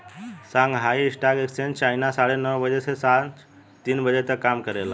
Shanghai stock exchange China साढ़े नौ बजे से सांझ तीन बजे तक काम करेला